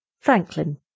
FRANKLIN